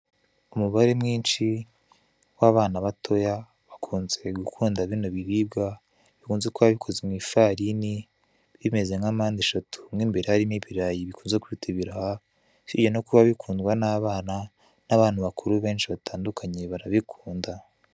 Umubare mwinshi w'abana batoya bakunze gukunda bino biribwa bikunze kuba bikozwe mu ifarini, bimeze nka mpande eshatu. Mo imbere haba harimo ibirayi dukunze kwita ibiraha. Usibye no kuba bikunzwe n'abana, n'abantu bakuru benshi batandukanye barabikunda.